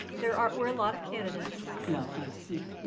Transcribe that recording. there um were a lot of candidates. yeah i see,